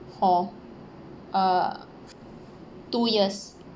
for uh two years